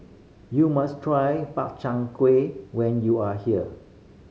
you must try Makchang Gui when you are here